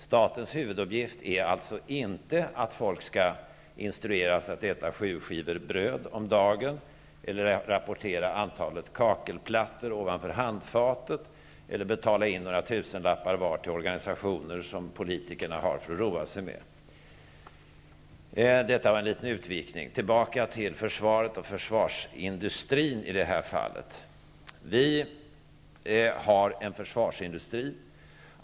Statens huvuduppgift är alltså inte att instruera folk att äta sju skivor bröd om dagen, att rapportera antalet kakelplattor ovanför handfatet eller att betala in några tusenlappar var till organisationer som politikerna har för att roa sig med. Detta var en liten utvikning. Tillbaka till försvaret och försvarsindustrin i det här fallet. Vi har en försvarsindustri.